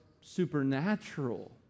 supernatural